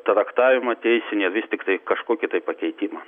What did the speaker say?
traktavimo teisinio vis tiktai kažkokį tai pakeitimą